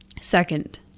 Second